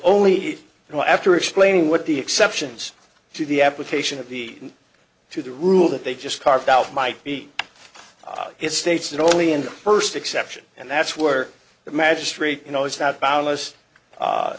go after explaining what the exceptions to the application of the to the rule that they just carved out might be it states that only in the first exception and that's were the magistrate you know it's not